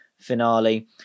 finale